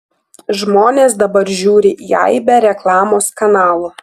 žmonės dabar žiūri į aibę reklamos kanalų